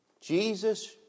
Jesus